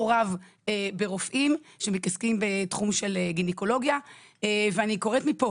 רב ברופאים שמתעסקים בתחום של גניקולוגיה ואני קוראת מפה